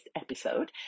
episode